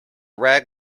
rag